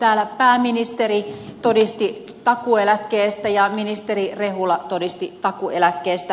täällä pääministeri todisti takuueläkkeestä ja ministeri rehula todisti takuueläkkeestä